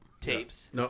tapes